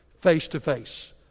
face-to-face